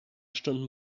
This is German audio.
stunden